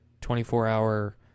24-hour